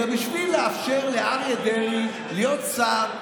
אלא בשביל לאפשר לאריה להיות שר,